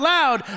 Loud